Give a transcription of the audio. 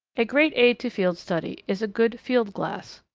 a great aid to field study is a good field glass.